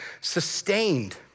sustained